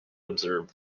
observe